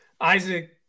isaac